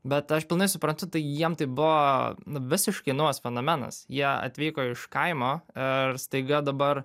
bet aš pilnai suprantu tai jiem tai buvo nu visiškai naujas fenomenas jie atvyko iš kaimo ir staiga dabar